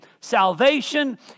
Salvation